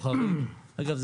אגב,